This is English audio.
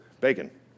bacon